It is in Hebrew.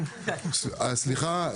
סליחה,